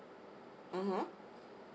(uh huh)